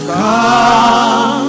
come